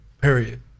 Period